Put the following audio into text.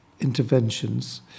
interventions